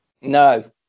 No